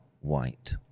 White